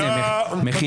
תודה.